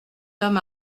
homme